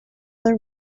their